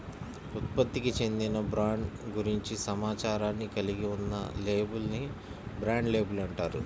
ఉత్పత్తికి చెందిన బ్రాండ్ గురించి సమాచారాన్ని కలిగి ఉన్న లేబుల్ ని బ్రాండ్ లేబుల్ అంటారు